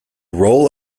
role